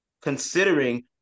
considering